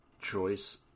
choice